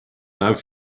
love